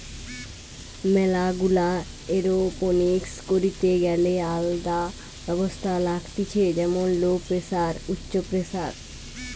ম্যালা গুলা এরওপনিক্স করিতে গ্যালে আলদা ব্যবস্থা লাগতিছে যেমন লো প্রেসার, উচ্চ প্রেসার